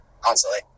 constantly